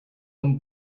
one